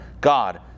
God